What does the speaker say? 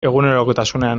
egunerokotasunean